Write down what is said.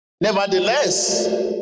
Nevertheless